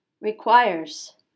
requires